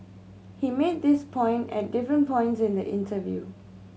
he made this point at different points in the interview